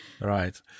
Right